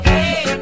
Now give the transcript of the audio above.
Hey